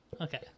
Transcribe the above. Okay